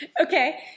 Okay